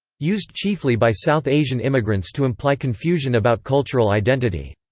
used chiefly by south asian immigrants to imply confusion about cultural identity.